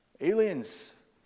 Aliens